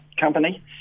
Company